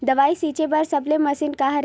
दवाई छिंचे बर सबले मशीन का हरे?